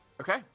Okay